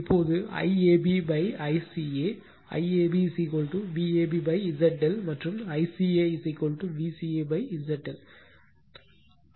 இப்போது IAB ICA IAB Vab Z ∆ மற்றும் ICA Vca Z∆